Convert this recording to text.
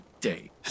day